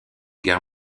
guerre